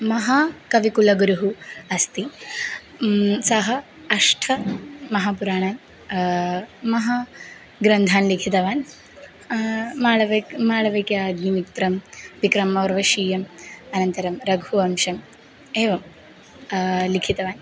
महाकविकुलगुरुः अस्ति सः अष्ट महापुराणानि महान् ग्रन्थान् लिखितवान् मालविका मालविकाग्निमित्रं विक्रमोर्वशीयम् अनन्तरं रघुवंशम् एवं लिखितवान्